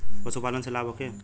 पशु पालन से लाभ होखे?